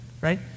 right